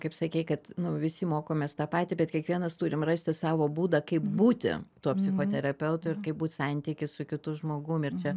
kaip sakei kad nu visi mokomės tą patį bet kiekvienas turim rasti savo būdą kaip būti tuo psichoterapeutu ir kaip būt santyky su kitu žmogum ir čia